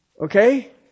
Okay